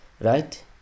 right